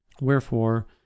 wherefore